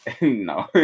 No